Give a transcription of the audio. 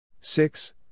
Six